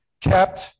Kept